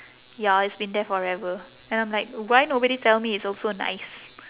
ya it's been there forever and I'm like why nobody tell me it's also nice